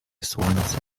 słońce